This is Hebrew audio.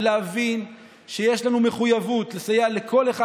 ולהבין שיש לנו מחויבות לסייע לכל אחד